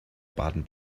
baden